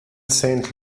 saint